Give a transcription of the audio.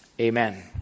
Amen